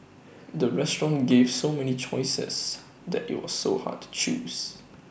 the restaurant gave so many choices that IT was so hard to choose